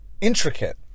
Intricate